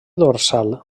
dorsal